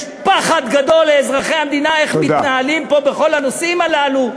יש פחד גדול לאזרחי המדינה איך מתנהלים פה בכל הנושאים הללו.